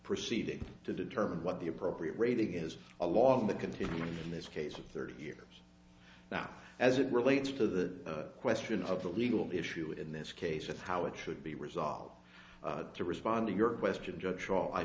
proceeding to determine what the appropriate rating is along the continuum in this case of thirty years now as it relates to the question of the legal issue in this case of how it should be resolved to respond to your question